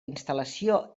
instal·lació